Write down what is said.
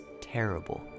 terrible